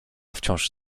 wciąż